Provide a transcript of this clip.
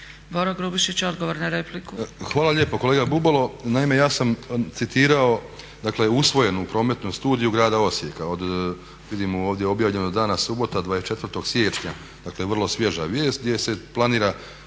**Grubišić, Boro (HDSSB)** Hvala lijepo. Kolega Bubalo naime ja sam citirao dakle usvojenu prometnu studiju grada Osijeka, vidim ovdje objavljeno dana subota 24. siječnja, dakle vrlo svježa vijest, gdje se planira